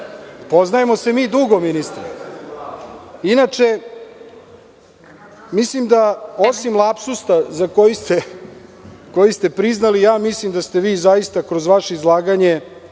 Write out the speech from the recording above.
poznajemo se mi dugo ministre. Inače, mislim da osim lapsusa za koji ste priznali, mislim da ste vi zaista kroz vaše izlaganje